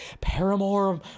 paramour